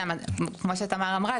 כמו שתמר אמרה,